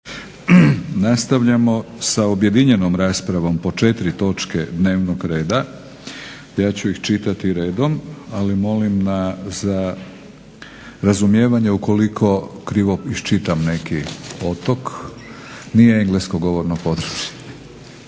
Nastavljamo sa objedinjenom raspravom po 4 točke dnevnog reda. Ja ću ih čitati redom, ali molim za razumijevanje ukoliko krivo iščitam neki otok, nije englesko govorno područje.